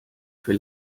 für